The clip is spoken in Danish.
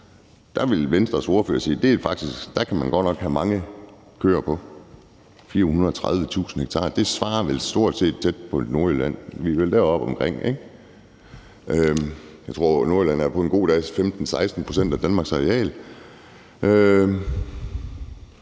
Der ville Venstres ordfører sige, at det kan man godt nok have mange køer på. 430.000 ha svarer vel stort set til et område på størrelse med Nordjylland. Vi er vel deropomkring. Jeg tror, at Nordjylland på en god dag er 15-16 pct. af Danmarks areal.